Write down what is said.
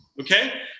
Okay